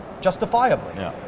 justifiably